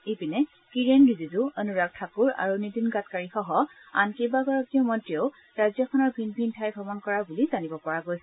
ইপিনে কিৰেণ ৰিজিজু অনুৰাগ ঠাকুৰ আৰু নীতিন গাডকাৰীসহ আন কেইবাগৰাকীও মন্ত্ৰীয়েও ৰাজ্যখনৰ ভিন ভিন ঠাই ভ্ৰমণ কৰা বুলি জানিব পৰা গৈছে